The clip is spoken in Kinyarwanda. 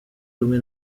rumwe